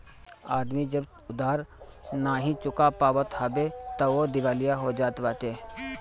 आदमी जब उधार नाइ चुका पावत हवे तअ उ दिवालिया हो जात बाटे